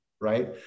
right